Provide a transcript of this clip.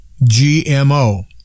GMO